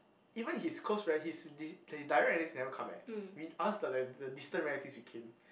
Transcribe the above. even his close friends his dis~ direct relatives never come eh we us the like the the distant relatives we came